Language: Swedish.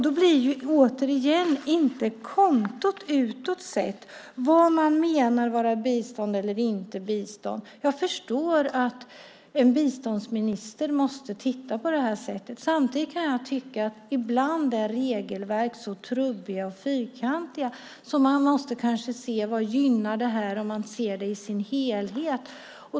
Då blir återigen inte kontot utåt sett vad man menar vara bistånd eller inte bistånd. Jag förstår att en biståndsminister måste titta på det här sättet. Samtidigt kan jag tycka att regelverk ibland är så trubbiga och fyrkantiga att man kanske måste se vad detta gynnar om man ser det i dess helhet.